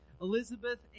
Elizabeth